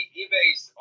eBay's